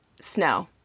snow